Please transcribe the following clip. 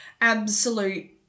absolute